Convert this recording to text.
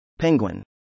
Penguin